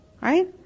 right